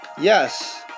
Yes